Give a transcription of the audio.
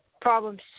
problems